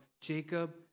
Jacob